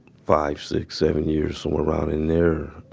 five, six, seven years somewhere around in there.